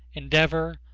endeavor,